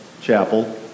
chapel